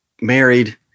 married